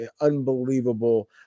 unbelievable